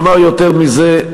אני אומר יותר מזה,